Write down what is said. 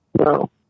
no